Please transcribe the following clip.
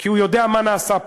כי הוא יודע מה נעשה פה.